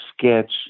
sketch